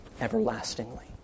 everlastingly